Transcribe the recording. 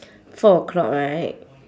four o-clock right